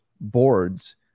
boards